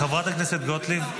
חברת הכנסת גוטליב,